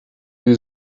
die